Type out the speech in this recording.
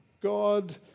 God